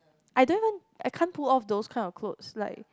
I don't even I can't pull off those kind of clothes like